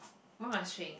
why must change